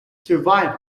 survival